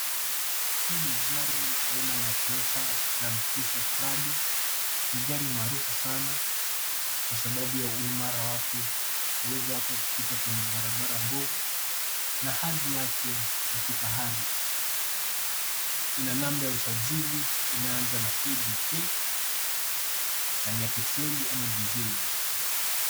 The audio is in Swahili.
Hii ni gari aina ya Toyota Landcruiser Prado. Ni gari maarufu sana kwa sababu ya uimara wake, uwezo wake wa kupita kwenye barabara mbovu na hadhi yake ya kifahari. Ina namba ya usajili, imeanza na KDK na ni ya petroli ama diseli.